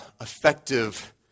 effective